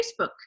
Facebook